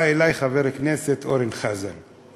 בא אלי חבר הכנסת אורן חזן,